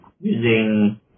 using